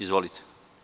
Izvolite.